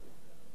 עמדה אחרת.